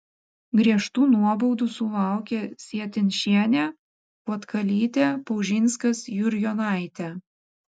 griežtų nuobaudų sulaukė sietinšienė puotkalytė paužinskas jurjonaitė